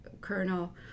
colonel